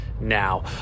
now